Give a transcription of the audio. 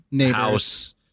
house